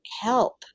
help